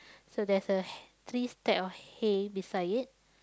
so there's a h~ three stack of hay beside it